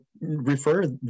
refer